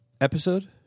episode